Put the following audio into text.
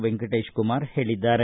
ವೆಂಕಟೇಶ ಕುಮಾರ್ ಹೇಳಿದ್ದಾರೆ